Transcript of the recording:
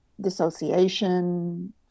dissociation